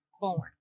born